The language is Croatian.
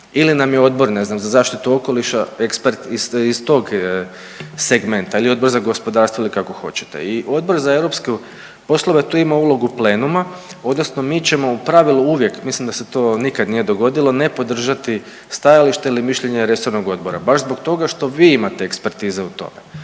ili nam je odbor, ne znam, za zaštitu okoliša ekspert iz tog segmenta ili Odbor za gospodarstvo ili kako hoćete i Odbor za europske poslove tu ima ulogu plenuma odnosno mi ćemo u pravilu uvijek, mislim da se to nikad nije dogodilo, ne podržati stajalište ili mišljenje resornog odbora baš zbog toga što vi imate ekspertize u tome